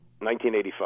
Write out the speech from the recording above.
1985